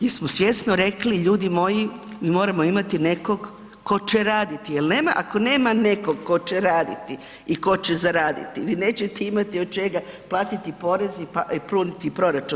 Jesmo svjesno rekli, ljudi moji, mi moramo imati nekog tko će raditi jer nema, ako nema nekog tko će raditi i tko će zaraditi, vi nećete imati od čega platiti porez i puniti proračun.